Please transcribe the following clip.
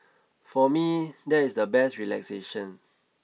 for me that is the best relaxation